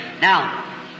Now